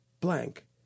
blank